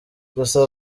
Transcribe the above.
gusa